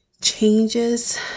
changes